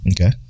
Okay